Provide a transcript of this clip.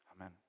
amen